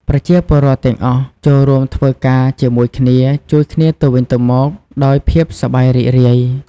ប្រជាពលរដ្ឋទាំងអស់ចូលរួមធ្វើការជាមួយគ្នា ជួយគ្នាទៅវិញទៅមកដោយភាពសប្បាយរីករាយ។